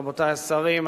רבותי השרים,